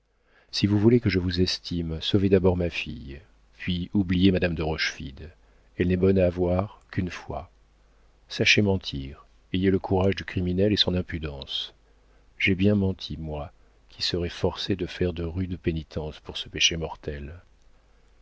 si vous voulez que je vous estime sauvez d'abord ma fille puis oubliez madame de rochefide elle n'est bonne à avoir qu'une fois sachez mentir ayez le courage du criminel et son impudence j'ai bien menti moi qui serai forcée de faire de rudes pénitences pour ce péché mortel